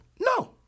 No